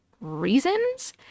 reasons